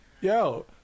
Yo